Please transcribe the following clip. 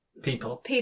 People